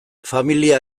familia